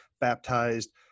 baptized